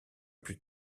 plus